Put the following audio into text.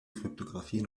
kryptographie